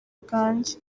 bwanjye